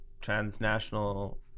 transnational